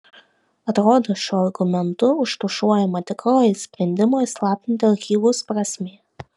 atrodo šiuo argumentu užtušuojama tikroji sprendimo įslaptinti archyvus prasmė